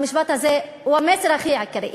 המשפט הזה הוא המסר העיקרי,